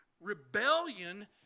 rebellion